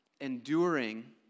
enduring